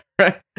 right